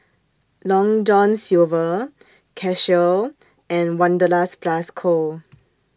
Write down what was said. Long John Silver Casio and Wanderlust Plus Co